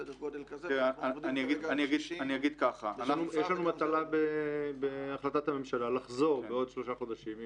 סדר גודל כזה --- יש לנו מטלה בהחלטת הממשלה לחזור בעוד שלושה חודשים,